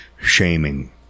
shaming